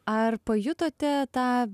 ar pajutote tą